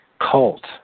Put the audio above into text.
cult